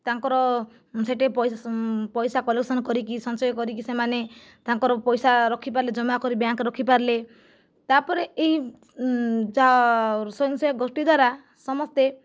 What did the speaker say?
ତାଙ୍କର ସେଠି ପଇସା କଲେକ୍ସନ କରିକି ପଇସା ସଞ୍ଚୟ କରିକି ସେମାନେ ତାଙ୍କର ପଇସା ରଖିପାରିଲେ ଜମା କରି ବ୍ୟାଙ୍କ ରଖିପାରିଲେ ତା'ପରେ ଏହି ଯାହା ସ୍ୱୟଂସହାୟକ ଗୋଷ୍ଠୀ ଦ୍ୱାରା ସମସ୍ତେ